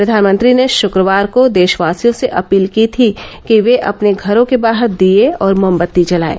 प्रधानमंत्री ने शुक्रवार को देशवासियों से अपील की थी कि वे अपने घरों के बाहर दीए और मोमबत्ती जलाएं